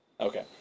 Okay